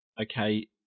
okay